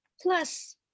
Plus